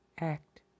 Act